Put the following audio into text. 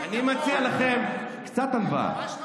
אני מציע לכם קצת ענווה, מה שלום איסמעיל הנייה?